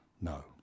No